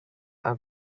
are